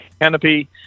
canopy